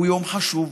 הוא יום חשוב.